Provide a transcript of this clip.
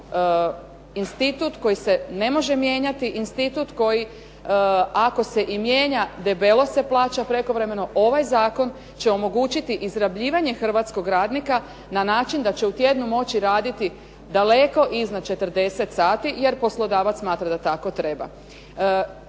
institut koji se ne može mijenjati, institut koji ako se i mijenja, debelo se plaća prekovremeno, ovaj Zakon će omogućiti izrabljivanje hrvatskog radnika na način da će u tjednu moći raditi daleko iznad 40 sati jer poslodavac smatra da tako treba.